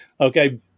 Okay